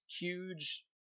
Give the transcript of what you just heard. huge